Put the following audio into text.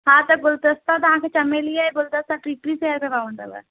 हा त गुलदस्ता तव्हांखे चमेली जा गुलदस्ता टी टी सौ में पवंदव